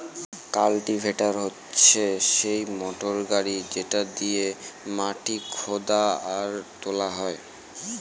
cultivator হচ্ছে সেই motor গাড়ি যেটা দিয়েক মাটি খুদা আর তোলা হয়